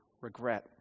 regret